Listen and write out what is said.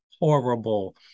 horrible